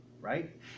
right